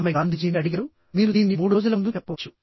ఆమె గాంధీజీని అడిగారుమీరు దీన్ని 3 రోజుల ముందు చెప్పవచ్చు